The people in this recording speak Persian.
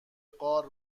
غار